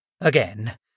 Again